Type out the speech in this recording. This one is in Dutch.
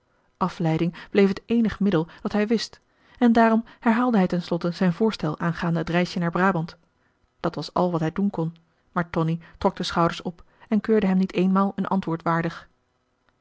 afleiding bleef het eenig middel dat hij wist en daarom herhaalde hij ten slotte zijn voorstel aangaande het reisje naar brabant dat was al wat hij doen kon maar tonie trok de schouders op en keurde hem niet eenmaal een antwoord waardig